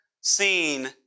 seen